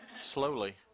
slowly